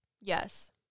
yes